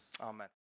Amen